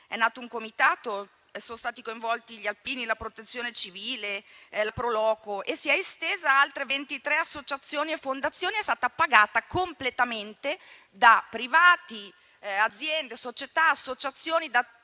è nato un comitato, sono stati coinvolti gli alpini, la protezione civile, la proloco e sono state coinvolte altre 23 associazioni e fondazioni. La fontana è stata pagata completamente da privati, aziende, società, associazioni, da